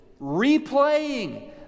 replaying